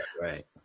right